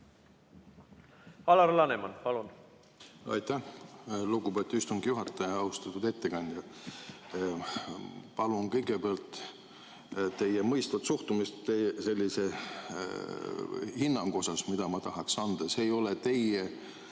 Alar Laneman, palun!